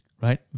Right